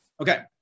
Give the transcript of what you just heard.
Okay